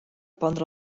pondre